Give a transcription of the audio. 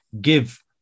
give